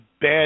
bad